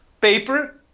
paper